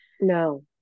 No